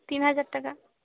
তিন হাজার টাকা